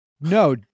No